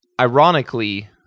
ironically